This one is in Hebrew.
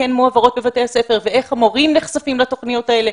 מועברות בבתי הספר ואיך המורים נחשפים לתוכניות האלה?